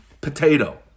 potato